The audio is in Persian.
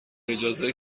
اجازه